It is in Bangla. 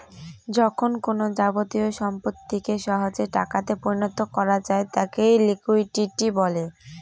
যখন কোনো যাবতীয় সম্পত্তিকে সহজে টাকাতে পরিণত করা যায় তাকে লিকুইডিটি বলে